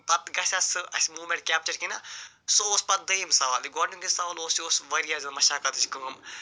پتہٕ گژھیٛا سُہ اَسہِ مومنٛٹ کیپچر کِنہٕ سُہ اوس پتہٕ دوٚیِم سوال گۄڈنیُکُے سوال اوس یہِ اوس وارِیاہ زیادٕ مشقتٕچ کٲم